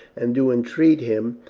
and do entreat him,